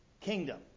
kingdom